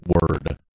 word